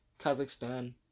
Kazakhstan